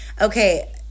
Okay